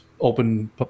open